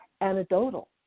anecdotal